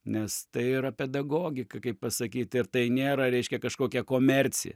nes tai yra pedagogika kaip pasakyt ir tai nėra reiškia kažkokia komercija